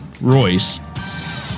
Royce